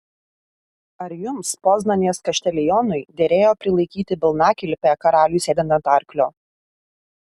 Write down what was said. ar jums poznanės kaštelionui derėjo prilaikyti balnakilpę karaliui sėdant ant arklio